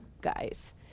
guys